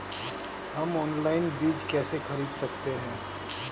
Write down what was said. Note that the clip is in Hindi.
हम ऑनलाइन बीज कैसे खरीद सकते हैं?